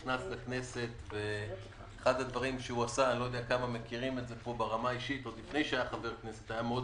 אחד הדברים שהוא עשה עוד לפני שהיה חבר כנסת היה להיות